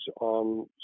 on